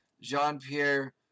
Jean-Pierre